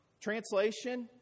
Translation